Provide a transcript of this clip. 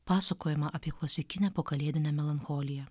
pasakojama apie klasikinę pokalėdinę melancholiją